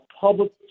public